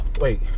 Wait